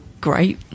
great